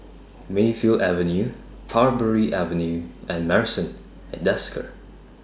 Mayfield Avenue Parbury Avenue and Marrison At Desker